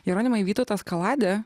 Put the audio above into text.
jeronimai vytautas kaladė